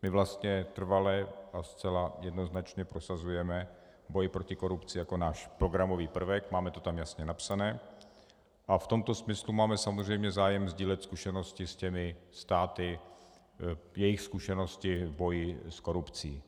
My vlastně trvale a zcela jednoznačně prosazujeme boj proti korupci jako náš programový prvek, máme to tam jasně napsané a v tomto smyslu máme samozřejmě zájem sdílet zkušenosti s těmito státy, jejich zkušenosti v boji s korupcí.